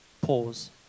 pause